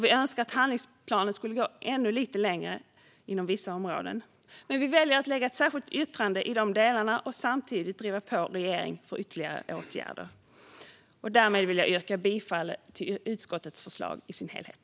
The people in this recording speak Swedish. Vi önskar att handlingsplanen skulle gå ännu lite längre inom vissa områden. Men vi väljer att lägga fram ett särskilt yttrande i de delarna och samtidigt driva på regeringen för ytterligare åtgärder. Därmed vill jag yrka bifall till utskottets förslag i sin helhet.